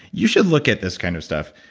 you should look at this kind of stuff.